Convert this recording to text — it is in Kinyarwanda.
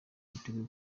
yateguye